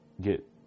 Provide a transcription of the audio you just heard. get